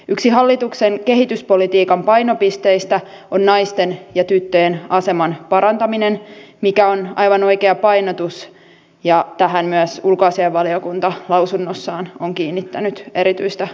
yksi hallituksen kehityspolitiikan painopisteistä on naisten ja tyttöjen aseman parantaminen mikä on aivan oikea painotus ja tähän myös ulkoasiainvaliokunta lausunnossaan on kiinnittänyt erityistä huomiota